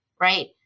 Right